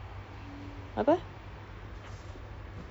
currently your plan is what